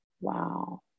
wow